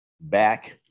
back